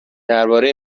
درباره